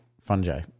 Fungi